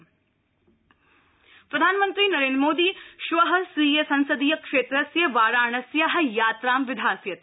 PM Varanasi प्रधानमन्त्री नरेन्द्र मोदी श्व स्वीय संसदीय क्षेत्रस्य वाराणस्या यात्रां विधास्यति